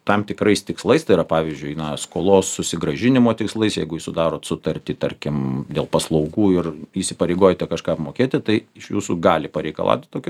tam tikrais tikslais tai yra pavyzdžiui na skolos susigrąžinimo tikslais jeigu jūs sudarot sutartį tarkim dėl paslaugų ir įsipareigojate kažką apmokėti tai iš jūsų gali pareikalauti tokio